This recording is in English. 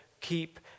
keep